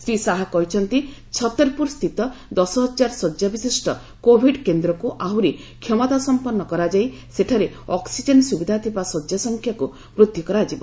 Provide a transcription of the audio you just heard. ଶ୍ରୀ ଶାହା କହିଛନ୍ତି ଛତର୍ପୁର୍ସ୍ଥିତ ଦଶହଜାର ଶଯ୍ୟା ବିଶିଷ୍ଟ କୋଭିଡ୍ କେନ୍ଦ୍ରକୁ ଆହ୍ରରି କ୍ଷମତା ସମ୍ପନ୍ନ କରାଯାଇ ସେଠାରେ ଅକୁଜେନ୍ ସ୍ୱବିଧା ଥିବା ଶଯ୍ୟାସଂଖ୍ୟାକୁ ବୃଦ୍ଧି କରାଯିବ